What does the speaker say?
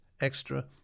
extra